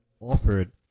offered